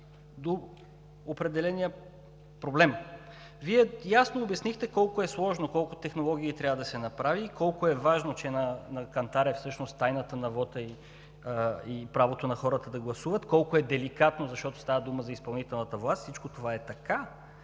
до определения проблем. Вие ясно обяснихте колко е сложно, колко технологии трябва да се направят и колко е важно, че всъщност тайната на вота и правото на хората да гласуват са на кантар, колко е деликатно, защото става дума за изпълнителната власт, всичко това е така.